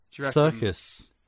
circus